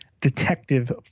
detective